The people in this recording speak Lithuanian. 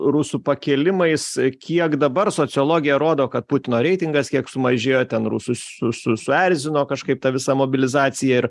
rusų pakėlimais kiek dabar sociologija rodo kad putino reitingas kiek sumažėjo ten rusus su suerzino kažkaip ta visa mobilizacija ir